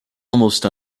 almost